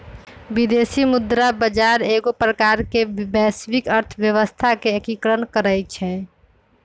विदेशी मुद्रा बजार एगो प्रकार से वैश्विक अर्थव्यवस्था के एकीकरण करइ छै